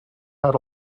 had